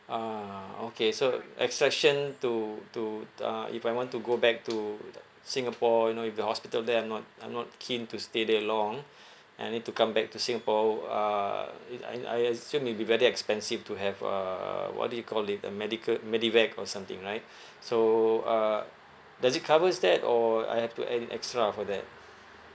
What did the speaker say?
ah okay so exception to to uh if I want to go back to the singapore you know if the hospital there I'm not I'm not keen to stay there long and I need to come back to singapore wou~ uh is I I assume it'll be very expensive to have uh what do you call it a medical medevac or something right so uh does it covers that or I have to add it extra for that